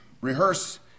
rehearse